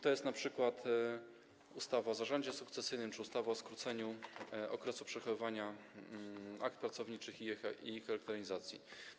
To jest np. ustawa o zarządzie sukcesyjnym czy ustawa o skróceniu okresu przechowywania akt pracowniczych i ich elektronizacji.